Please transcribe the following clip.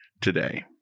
today